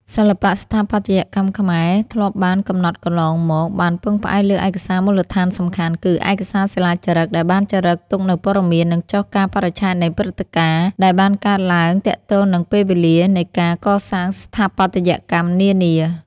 សិល្បៈស្ថាបត្យកម្មខ្មែរ ធ្លាប់បានកំណត់កន្លងមក បានពឹងផ្អែកលើឯកសារមូលដ្ឋានសំខាន់គឺ ឯកសារសិលាចារឹក ដែលបានចារឹកទុកនូវព័ត៌មាន និងចុះកាលបរិច្ឆេទនៃព្រឹត្តិកាណ៍ ដែលបានកើតឡើងទាក់ទងនឹងពេលវេលានៃការកសាងស្ថាបត្យកម្មនានា។